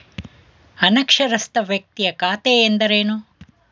ಅನಕ್ಷರಸ್ಥ ವ್ಯಕ್ತಿಯ ಖಾತೆ ಎಂದರೇನು?